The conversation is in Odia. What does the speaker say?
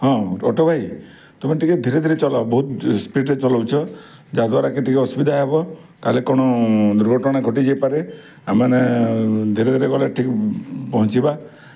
ହଁ ଅଟୋ ଭାଇ ତୁମେ ଟିକେ ଧିରେ ଧିରେ ଚଲାଅ ବହୁତ ସ୍ପିଡ଼୍ରେ ଚଲାଉଛ ଯାହା ଦ୍ୱାରା କି ଟିକେ ଅସୁବିଧା ହେବ ତା'ହେଲେ କ'ଣ ଦୁର୍ଘଟଣା ଘଟି ଯାଇପାରେ ଆମେ ମାନେ ଧିରେ ଧିରେ ଗଲେ ଠିକ୍ ପହଞ୍ଚିବା